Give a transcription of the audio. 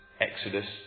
Exodus